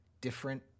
different